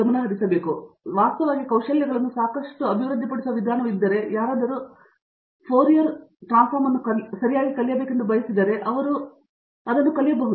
ಆದ್ದರಿಂದ ನಾವು ವಾಸ್ತವವಾಗಿ ಕೌಶಲ್ಯಗಳನ್ನು ಸಾಕಷ್ಟು ಅಭಿವೃದ್ಧಿಪಡಿಸುವ ವಿಧಾನವು ಇದ್ದರೆ ಯಾರಾದರೂ ಫೋರಿಯರ್ ರೂಪಾಂತರವನ್ನು ಸರಿಯಾಗಿ ಕಲಿಯಬೇಕೆಂದು ಬಯಸಿದರೆ ಅವರು ಕೆಲವು ಸ್ಥಳಕ್ಕೆ ಹೋಗಬೇಕು ಮತ್ತು ಅದನ್ನು ಕಲಿಯಬೇಕು